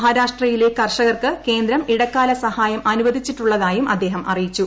മഹാരാഷ്ട്രയിലെ കർഷകർക്ക് കേന്ദ്രം ഇടക്കാല സഹായം അനുവദിച്ചിട്ടുള്ളതായും അദ്ദേഷം അറിയിച്ചു